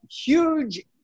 huge